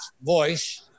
voice